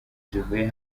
zivuye